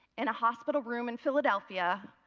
in a hospital room in philadelphia,